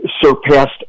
surpassed